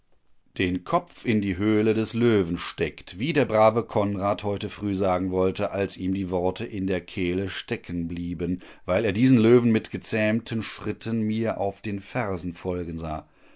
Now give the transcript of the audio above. den kopf in die höhle des löwen steckt wie der brave konrad heute früh sagen wollte als ihm die worte in der kehle stecken blieben weil er diesen löwen mit gezähmten schritten mir auf den fersen folgen sah